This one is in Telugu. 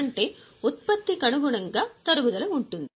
అంటే ఉత్పత్తి కనుగుణంగా తరుగుదల ఉంటుంది